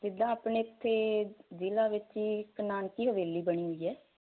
ਜਿੱਦਾਂ ਆਪਣੇ ਇੱਥੇ ਜਿਲਾ ਵਿੱਚ ਹੀ ਕਨਾਨਟੀ ਹਵੇਲੀ ਬਣੀ ਹੋਈ ਹੈ